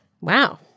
Wow